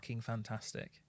fantastic